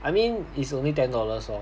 I mean it's only ten dollars lor